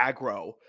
aggro